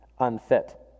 unfit